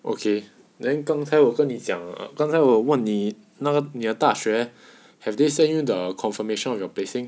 okay then 刚才我跟你讲刚才我问你那个你的大学 have they send you your confirmation of your placing